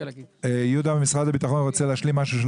יהודה ממשרד הביטחון רוצה להשלים משהו.